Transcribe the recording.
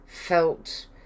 felt